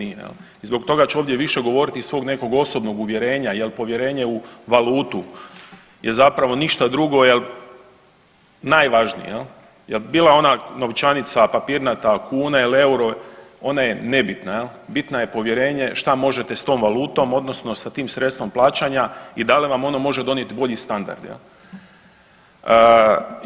I zbog toga ću ovdje više govoriti iz svog nekog osobnog uvjerenja jel povjerenje u valutu je zapravo ništa drugo jel najvažnije, jel, jel bila ona novčanica papirnata kune ili euro ona je nebitna jel, bitna je povjerenje, šta možete s tom valutom odnosno sa tim sredstvom plaćanja i da li vam ono može donijet bolji standard jel.